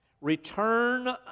return